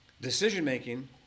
Decision-making